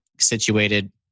situated